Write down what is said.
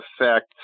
affect